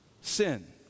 sin